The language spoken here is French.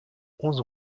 onze